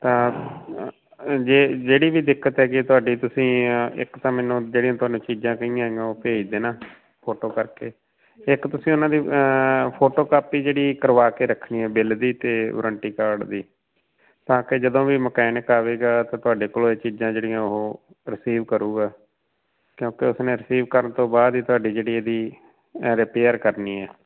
ਤਾਂ ਜੇ ਜਿਹੜੀ ਵੀ ਦਿੱਕਤ ਹੈਗੀ ਤੁਹਾਡੀ ਤੁਸੀਂ ਇੱਕ ਤਾਂ ਮੈਨੂੰ ਜਿਹੜੀਆਂ ਤੁਹਾਨੂੰ ਚੀਜ਼ਾਂ ਕਹੀਆਂ ਗਈਆਂ ਉਹ ਭੇਜ ਦੇਣਾ ਫੋਟੋ ਕਰਕੇ ਇੱਕ ਤੁਸੀਂ ਉਹਨਾਂ ਦੀ ਫੋਟੋ ਕਾਪੀ ਜਿਹੜੀ ਕਰਵਾ ਕੇ ਰੱਖਣੀ ਹੈ ਬਿੱਲ ਦੀ ਅਤੇ ਵਾਰੰਟੀ ਕਾਰਡ ਦੀ ਤਾਂਕਿ ਜਦੋਂ ਵੀ ਮਕੈਨਿਕ ਆਵੇਗਾ ਜਾਂ ਤਾਂ ਤੁਹਾਡੇ ਕੋਲ ਇਹ ਚੀਜ਼ਾਂ ਜਿਹੜੀਆਂ ਉਹ ਰਿਸੀਵ ਕਰੂਗਾ ਕਿਉਂਕਿ ਉਸਨੇ ਰਿਸੀਵ ਕਰਨ ਤੋਂ ਬਾਅਦ ਹੀ ਤੁਹਾਡੀ ਜਿਹੜੀ ਇਹਦੀ ਰਿਪੇਅਰ ਕਰਨੀ ਹੈ